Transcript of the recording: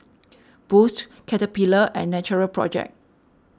Boost Caterpillar and Natural Project